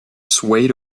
swayed